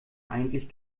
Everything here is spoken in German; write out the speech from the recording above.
eigentlich